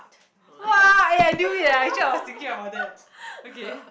!wah! I knew it ah actually I was thinking about that okay